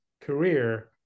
career